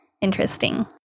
interesting